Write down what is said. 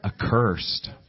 Accursed